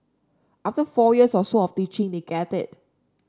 after four years or so of teaching they get it